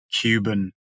Cuban